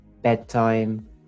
bedtime